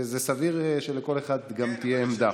סביר שלכל אחד גם תהיה עמדה.